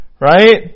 Right